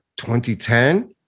2010